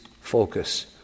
focus